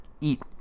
eat